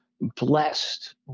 blessed